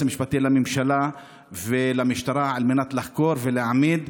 המשפטי לממשלה ולמשטרה על מנת לחקור ולהעמיד,